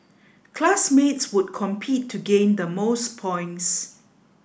classmates would compete to gain the most points